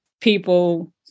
people